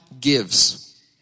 gives